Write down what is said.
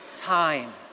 time